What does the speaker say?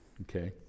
Okay